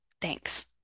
thanks